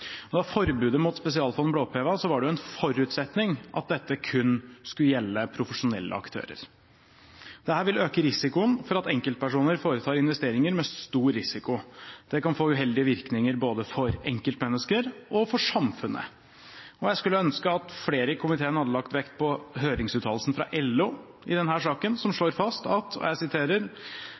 Da forbudet mot spesialfond ble opphevet, var det en forutsetning at dette kun skulle gjelde profesjonelle aktører. Dette vil øke risikoen for at enkeltpersoner foretar investeringer med stor risiko. Det kan få uheldige virkninger både for enkeltmennesker og for samfunnet. Jeg skulle ønske at flere i komiteen hadde lagt vekt på høringsuttalelsen fra LO i denne saken, som slår fast: